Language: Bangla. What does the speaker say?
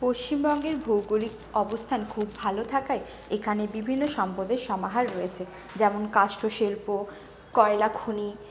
পশ্চিমবঙ্গের ভৌগোলিক অবস্থান খুব ভালো থাকায় এখানে বিভিন্ন সম্পদের সমাহার রয়েছে যেমন কাষ্ঠ শিল্প কয়লা খনি